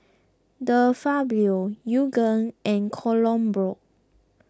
De Fabio Yoogane and Kronenbourg